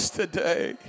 today